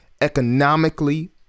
economically